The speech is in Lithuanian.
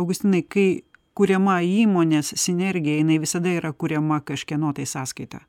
augustinai kai kuriama įmonės sinergija jinai visada yra kuriama kažkieno tai sąskaita